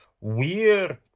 weird